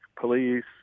police